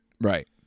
Right